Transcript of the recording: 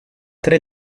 tre